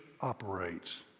operates